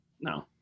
No